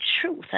truth